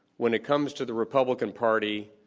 when it comes to the republican party,